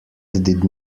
did